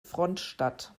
frontstadt